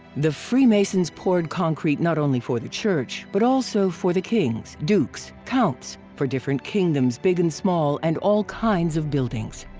the freemasons poured concrete not only for the church, but also for the kings, dukes, counts, for different kingdoms big and small and all kinds of buildings.